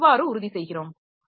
அதை எவ்வாறு உறுதி செய்கிறோம்